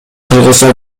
кыргызча